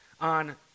on